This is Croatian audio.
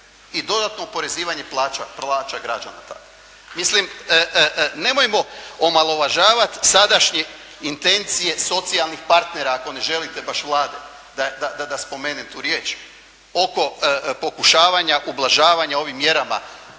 i dodatno oporezivanje plaća građana tada. Mislim, nemojmo omalovažavati sadašnje intencije socijalnih partnera, ako ne želite baš Vlade, da spomenem tu riječ oko pokušavanja ublažavanje ovim mjerama